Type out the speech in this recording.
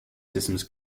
systems